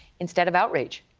instead of outrage,